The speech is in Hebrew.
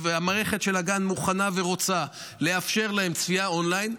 והמערכת של הגן מוכנה ורוצה לאפשר להם צפייה און-ליין,